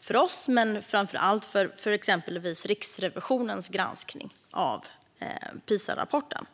för oss men framför allt för exempelvis Riksrevisionens granskning av Pisarapporten.